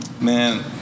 man